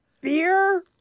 beer